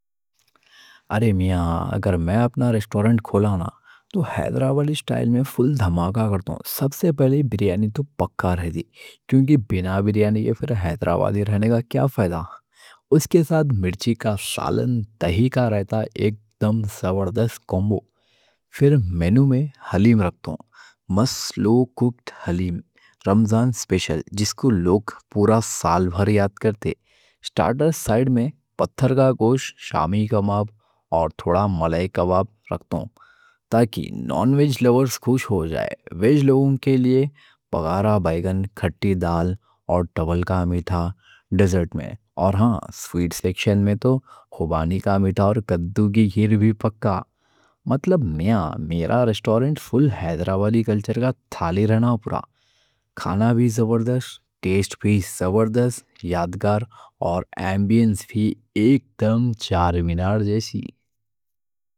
ارے میاں اگر میں اپنا ریسٹورنٹ کھولنا تو حیدرآبادی اسٹائل میں فل دھماکہ کرتا ہوں۔ سب سے پہلے بریانی تو پکا رہتی کیونکہ بِنا بریانی ہے، پھر حیدرآباد رہنے کا کیا فائدہ۔ اس کے ساتھ مرچی کا سالن، دہی کا رائتہ رہتا، ایک دم زوردست کمبو۔ پھر منیو میں حلیم رکھتا ہوں، مس لو کوکٹ حلیم رمضان اسپیشل جس کو لوگ پورا سال بھر یاد کرتے۔ سٹارٹر سائیڈ میں پتھر کا گوشت، شامی کباب، اور تھوڑا ملائی کباب رکھتا ہوں۔ تاکہ نون ویج لوگز خوش ہو جائیں، ویج لوگوں کے لیے بگارہ بیگن، کھٹی دال اور ڈبل کا میٹھا ڈیزرٹ میں۔ اور ہاں سویٹ سیکشن میں تو خوبانی کا میٹھا اور کدو کی کھیر بھی پکا۔ مطلب میاں، میرا ریسٹورنٹ فل حیدرآبادی کلچر کا، تھالی رہنا پورا۔ کھانا بھی زبردست، ٹیسٹ بھی زبردست، یادگار، اور ایمبینس بھی ایک دم چارمینار جیسی۔